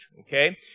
Okay